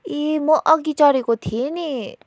ए म अघि चढेको थिएँ नि